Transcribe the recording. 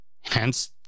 hence